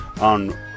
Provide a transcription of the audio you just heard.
on